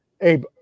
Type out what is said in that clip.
Abe